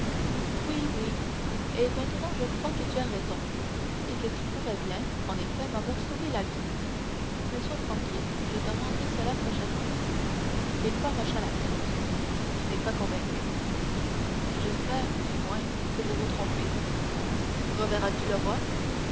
oui oui et maintenant je crois que tu as raison et que tu pourrais bien en effet m'avoir sauvé la vie mais sois tranquille je te rendrai cela prochainement villefort hocha la tête tu n'es pas convaincu j'espère du moins que vous vous trompez reverras tu le roi